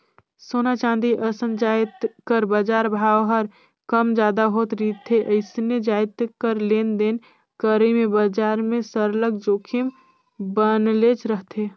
सोना, चांदी असन जाएत कर बजार भाव हर कम जादा होत रिथे अइसने जाएत कर लेन देन करई में बजार में सरलग जोखिम बनलेच रहथे